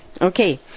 Okay